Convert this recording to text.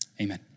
Amen